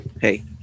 hey